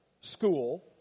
school